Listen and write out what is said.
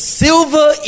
silver